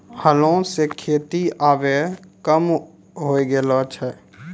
हलो सें खेती आबे कम होय गेलो छै